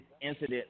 incident